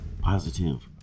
Positive